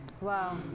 Wow